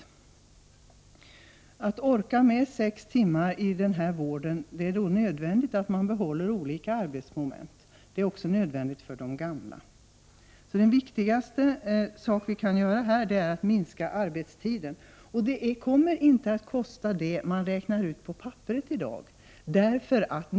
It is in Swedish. För att personalen skall orka med sex timmars arbetsdag i äldrevården är det nödvändigt att man behåller olika arbetsmoment. Det är också nödvändigt för de gamla. Det viktigaste vi kan göra är alltså att minska arbetstiden. Kostnaden för detta är inte så stor som den har beräknats på pappret.